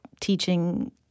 teaching